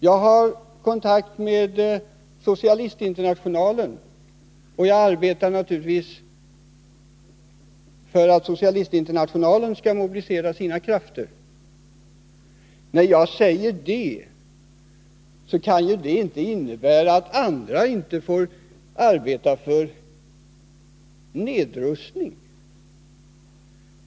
Jag har kontakt med Socialistinternationalen och arbetar naturligtvis för att den skall mobilisera sina krafter. När jag säger detta kan ju inte det innebära att andra inte får arbeta för nedrustning.